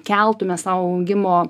keltume sau augimo